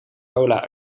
cola